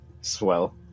Swell